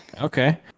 Okay